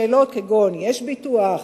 שאלות כגון יש ביטוח,